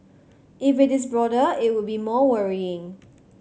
if it is broader it would be more worrying